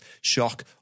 shock